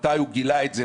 מתי הוא גילה את זה,